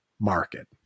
market